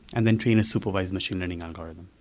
and then train a supervised machine learning algorithm.